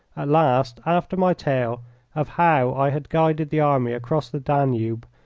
last, after my tale of how i had guided the army across the danube,